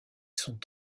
sont